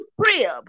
crib